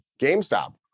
GameStop